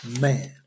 man